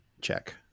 check